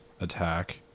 Attack